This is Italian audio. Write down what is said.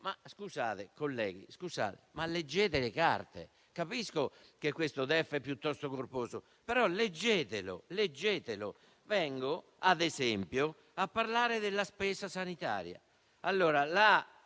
Ma, scusate, colleghi, leggete le carte. Capisco che questo DEF è piuttosto corposo, però leggetelo. Vengo ad esempio a parlare della spesa sanitaria.